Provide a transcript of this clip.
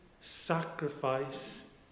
sacrifice